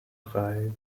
drei